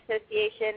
Association